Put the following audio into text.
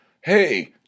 hey